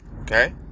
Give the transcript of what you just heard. okay